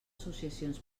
associacions